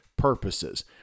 purposes